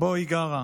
שבו היא גרה בשייח'